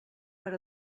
per